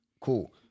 cool